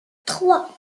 trois